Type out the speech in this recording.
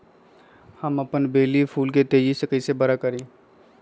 हम अपन बेली फुल के तेज़ी से बरा कईसे करी?